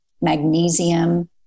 magnesium